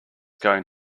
going